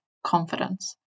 confidence